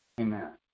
Amen